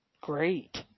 great